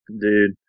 Dude